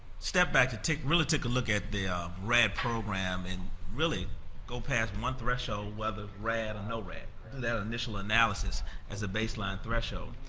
step back, to really take a look at the rad program, and really go past one threshold, whether rad or no rad, in our initial analysis as a baseline threshold,